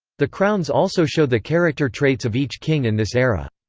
the crowns also show the character traits of each king in this era.